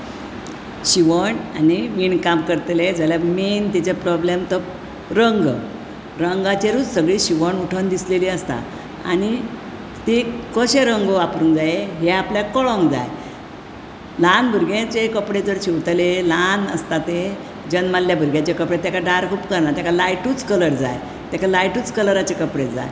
शिवण आनी विणकाम करतेले जाल्यार मेन तेजो प्रॉब्लेम तो रंग रंगाचेरूत सगली शिवण उठोन दिसलेली आसता आनी ते कशे रंग वापरोंग जाय ये आपल्याक कळोंग जाय ल्हान भुरग्याचे कपडे जर शिंवतले ल्हान आसता ते जन्माल्या भुरग्याचे तेका डार्क उपकरना तेका लाइटूत कलर जाय तेका लाइटूत कलराचे कपडे जाय